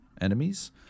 enemies